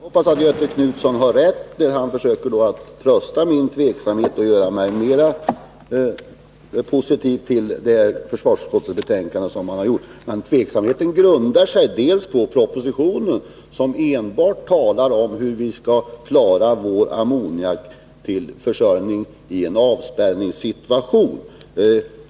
Herr talman! Jag hoppas att Göthe Knutson har rätt när han försöker trösta mig i min tveksamhet och försöker göra mig mera positiv till försvarsutskottets betänkande. Min tveksamhet grundar sig på propositionen, som enbart talar om hur vi skall klara vår ammoniakförsörjning i en avspärrningssituation.